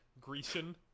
Grecian